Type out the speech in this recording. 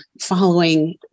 following